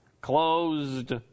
Closed